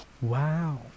wow